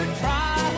try